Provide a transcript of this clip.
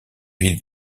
villes